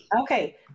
Okay